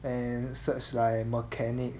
and such like mechanic